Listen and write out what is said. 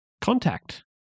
contact